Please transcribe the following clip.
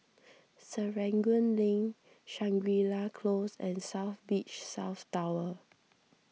Serangoon Link Shangri La Close and South Beach South Tower